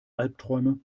albträume